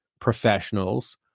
professionals